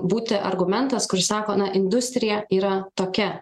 būti argumentas kur sako na industrija yra tokia